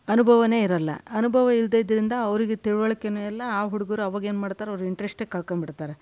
ಅನುಭವನೇ ಇರಲ್ಲ ಅನುಭವ ಇಲ್ದೇ ಇದ್ದರಿಂದ ಅವರಿಗೆ ತಿಳುವಳ್ಕೆನೇ ಇಲ್ಲ ಆ ಹುಡುಗರು ಅವಾಗೇನು ಮಾಡ್ತಾರೆ ಅವರಿಗೆ ಇಂಟ್ರೆಷ್ಟ್ ಕಳ್ಕೊಂಡು ಬಿಡ್ತಾರೆ